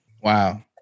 Wow